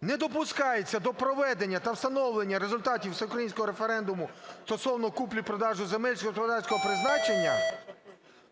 "Не допускається до проведення та встановлення результатів всеукраїнського референдуму стосовно купівлі-продажу земель сільськогосподарського призначення: